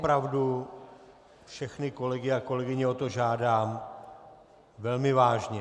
Opravdu všechny kolegy a kolegyně o to žádám velmi vážně!